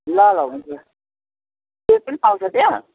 ल ल हुन्छ केक पनि पाउँछ त्यहाँ